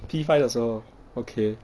P five 的时候 okay